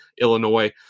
Illinois